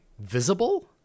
visible